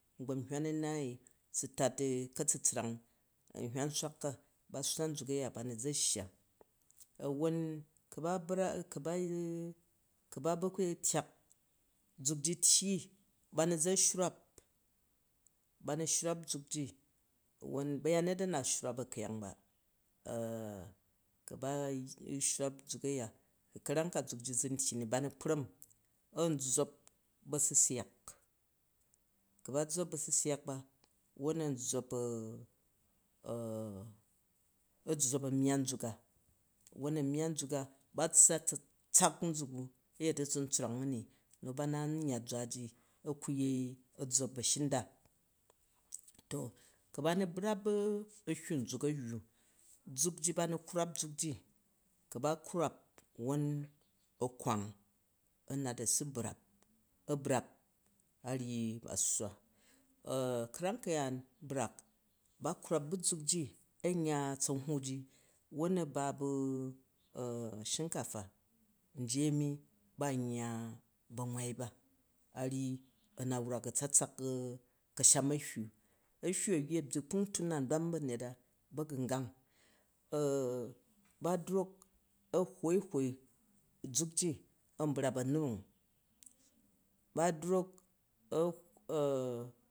Ngbam hywan anuai u u tat katsutsrang nhywan surak ka ba swraan ʒuk aya ba nu əa shya awwon ku ba bra, ku bel bu ba bu ku tyak ʒuk ji tyyi ba na ʒa shrwap ba nu snlhap ʒuk ji wuon bayanet a ra shmap a kyang ba ko ba shrwap zur aya, kanom ʒule ji ʒun tyyi n ba nu kpam an ʒʒop basusyak, ku ba ʒʒop basnsyak ba, ivon an ʒʒop a a ʒʒop amyan nʒuk, won amyan nʒuka batsa atsatsak nʒuk u a yet atsuntswrang uni mu ba na nyya ʒura ji, aku yei, aʒʒop ashinda. To ku ba nu brap ahywu nʒuk ayya zuk ji ba nu krwap ʒuk ji ku ba krwap ʒuwon a kreng, a nat a u brap, a brap a ryyi b sswa karam kayaan brak, bakrwap buzuk ji an yya tsanhwui ji won aba bu a, shikafa, nji a mi ban yya banwai ba, a ryyi, a na wrak atsatsale a, kabham ahywu, ahywu ayyu a byyi kpung tun an dwan banyeta bagungang ba drok a hwoi u hwok ʒuk ji an braf a̱nurung ba drok a